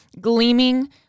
gleaming